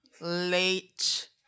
late